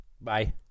Bye